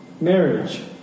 marriage